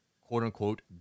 quote-unquote